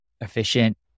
efficient